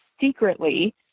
secretly